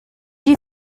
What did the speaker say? you